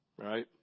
Right